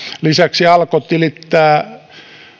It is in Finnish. lisäksi alko tilittää